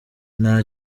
nta